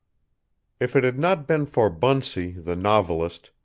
if it had not been for bunsey, the novelist,